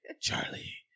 Charlie